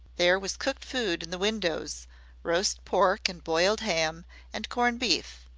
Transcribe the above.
there was cooked food in the windows roast pork and boiled ham and corned beef.